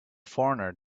foreigner